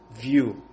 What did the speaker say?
view